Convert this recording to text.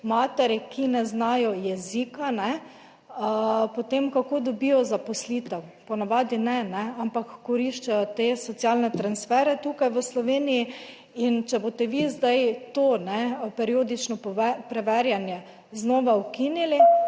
matere, ki ne znajo jezika, potem, kako dobijo zaposlitev? Po navadi ne, kajne, ampak koristijo te socialne transfere tukaj v Sloveniji in če boste vi zdaj to periodično preverjanje znova ukinili,